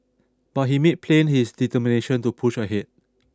but he made plain his determination to push ahead